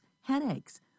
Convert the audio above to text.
headaches